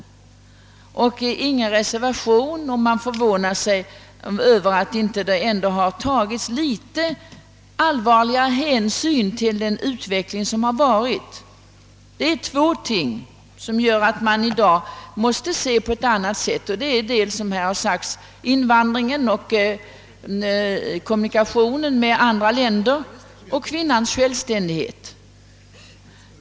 Det finns ingen reservation, och man förvånar sig över att utskottets ledamöter inte fäst större avseende vid den utveckling som skett. Det är två ting som gör att man i dag måste se på frågan om medborgarskap på ett helt annat sätt än tidigare, nämligen dels, som det har sagts, invandringen och kommunikationen med andra länder, dels kvinnans självständighet.